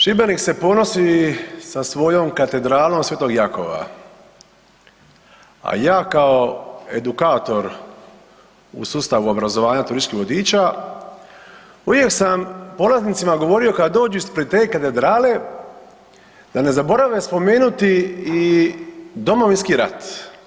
Šibenik se ponosi sa svojom katedralom sv. Jakova, a ja kao edukator u sustavu obrazovanja turističkih vodiča uvijek sam polaznicima govorio kada dođu ispred te katedrale, da ne zaborave spomenuti i Domovinski rat.